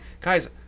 guys